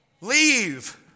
Leave